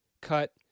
cut